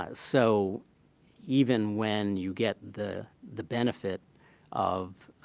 ah so even when you get the the benefit of